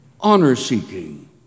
honor-seeking